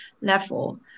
level